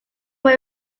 when